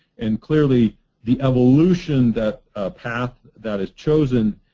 and clearly the evolution, that a path that is chosen,